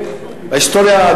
ההיסטוריה,